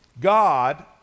God